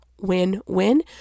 win-win